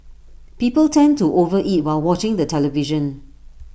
people tend to over eat while watching the television